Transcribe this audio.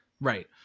right